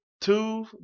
two